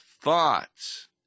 thoughts